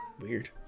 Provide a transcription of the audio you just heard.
Weird